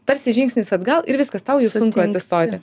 tarsi žingsnis atgal ir viskas tau jau sunku atsistoti